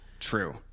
True